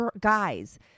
guys